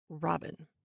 Robin